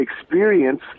experience